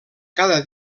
cada